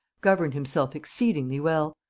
governed himself exceedingly well,